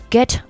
Get